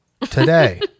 today